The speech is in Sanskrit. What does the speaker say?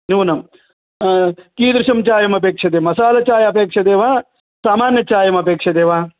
न्यूनं कीदृशं चायमपेक्ष्यते मसालचाय अपेक्ष्यते वा सामान्यचायमपेक्ष्यते वा